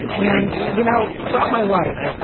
and, you know, throughout my life,